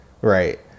right